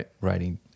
writing